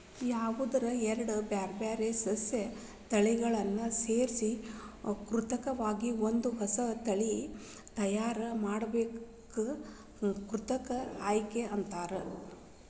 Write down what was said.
ಯಾವದರ ಎರಡ್ ಬ್ಯಾರ್ಬ್ಯಾರೇ ಸಸ್ಯಗಳ ತಳಿಗಳನ್ನ ಸೇರ್ಸಿ ಕೃತಕವಾಗಿ ಒಂದ ಹೊಸಾ ತಳಿ ತಯಾರ್ ಮಾಡೋದಕ್ಕ ಕೃತಕ ಆಯ್ಕೆ ಅಂತಾರ